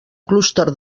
clúster